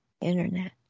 Internet